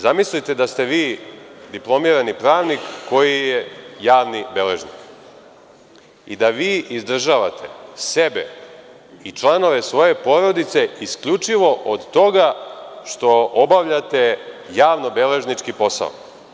Zamislite da ste vi diplomirani pravnik koji je javni beležnik i da vi izdržavate sebe i članove svoje porodice isključivo od toga što obavljate javnobeležnički posao.